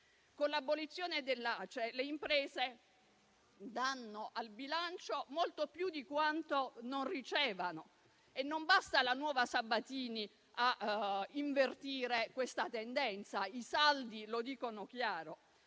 economica), le imprese danno al bilancio molto più di quanto non ricevano e non basta la nuova Sabatini a invertire questa tendenza. I saldi lo dicono chiaro